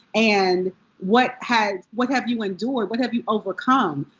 and what have what have you endured? what have you overcome?